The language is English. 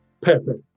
Perfect